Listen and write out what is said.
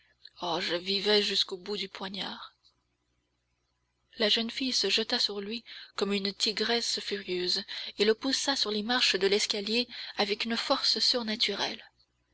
oh je vivais jusqu'au bout du poignard la jeune fille se jeta sur lui comme une tigresse furieuse et le poussa sur les marches de l'escalier avec une force surnaturelle